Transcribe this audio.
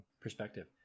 perspective